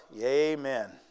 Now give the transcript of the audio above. Amen